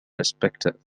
perspective